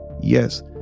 yes